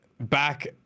Back